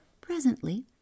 Presently